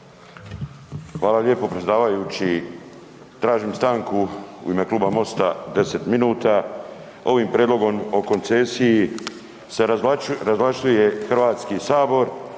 Hvala lijepo predsjedavajući. Tražim stanku u ime Kluba MOST-a 10 minuta, ovim prijedlogom o koncesiji se razvlašćuje Hrvatski sabor